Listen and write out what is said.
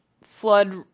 flood